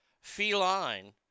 Feline